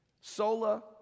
Sola